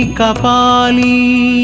Kapali